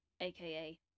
aka